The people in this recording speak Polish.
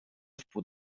wpół